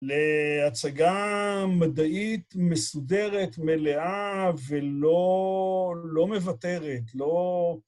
להצגה מדעית מסודרת, מלאה ולא מוותרת, לא...